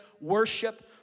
worship